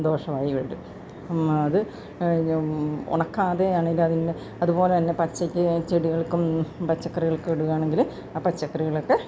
ദോഷമായി വരും അത് ഉണ്ടാക്കാതെ ആണേലും അതിൽ നിന്ന് അതുപോലെതന്നെ പച്ചക്ക് ചെടികൾക്കും പച്ചക്കറികൾക്കും ഇടുവാണെങ്കില് ആ പച്ചക്കറികളൊക്കെ